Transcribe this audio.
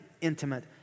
intimate